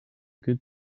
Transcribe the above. good